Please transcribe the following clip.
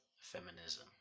feminism